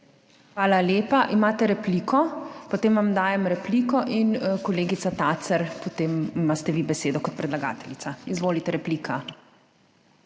Hvala lepa. Imate repliko? Potem vam dajem repliko. Kolegica Tacer, potem pa imate vi besedo kot predlagateljica. Izvolite, replika.